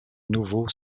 nouveaux